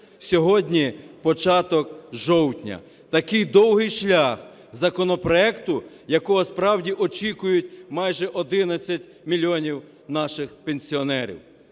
сьогодні початок жовтня, такий довгий шлях законопроекту, якого справді очікують майже 11 мільйонів наших пенсіонерів.